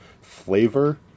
Flavor